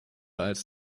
als